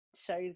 shows